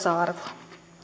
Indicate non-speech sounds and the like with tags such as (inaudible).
(unintelligible) arvoa